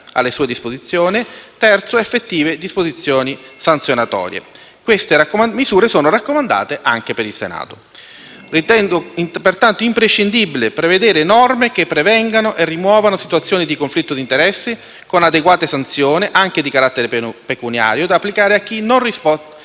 alle sue disposizioni; effettive disposizioni sanzionatorie». Queste misure sono raccomandate anche per il Senato. Ritengo pertanto imprescindibile prevedere norme che prevengano e rimuovano situazioni di conflitto di interessi, con adeguate sanzioni, anche di carattere pecuniario, da applicare a chi non rispetta